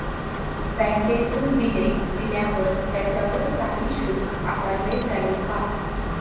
बँकेतून बिले दिल्यावर त्याच्यावर काही शुल्क आकारले जाईल का?